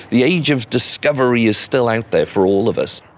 the age of discovery is still out there for all of us.